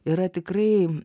yra tikrai